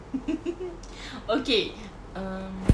okay um